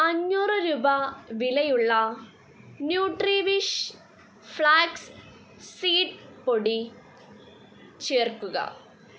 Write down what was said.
അഞ്ഞൂറ് രൂപ വിലയുള്ള ന്യൂട്രിവിഷ് ഫ്ളാക്സ് സീഡ് പൊടി ചേർക്കുക